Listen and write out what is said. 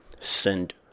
send